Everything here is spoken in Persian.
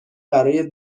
برای